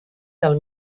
del